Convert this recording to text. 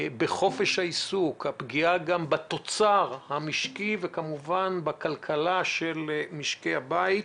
בחופש העיסוק; הפגיעה גם בתוצר המשקי וכמובן בכלכלה של משקי הבית,